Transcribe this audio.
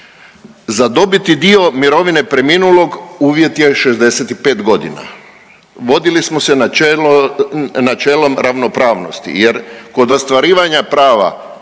Za dobiti dio mirovine preminulog uvjet je 65 godina, vodili smo se načelom ravnopravnosti jer kod ostvarivanja prava